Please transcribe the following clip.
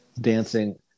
dancing